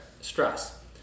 stress